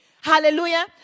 Hallelujah